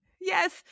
yes